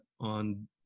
on